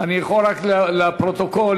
אני יכול רק להגיד לפרוטוקול,